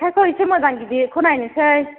जेखाइखौ एसे मोजां गिदिरखौ नायनोसै